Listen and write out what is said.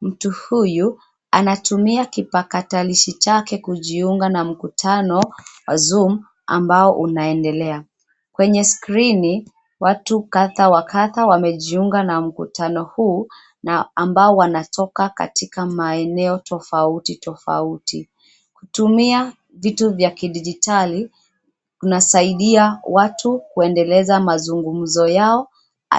Mtu huyu anatumia kipakatalishi chake kujiunga na mkutano wa cs[zoom]cs ambao unaendelea. Kwenye skrini, watu kadhaa wa kadhaa wamejiunga na mkutano huu, na ambao wanatoka katika maeneo tofauti tofauti. Kutumia vitu vya kidigitali unasaidia watu kuendeleza mazungumzo yao,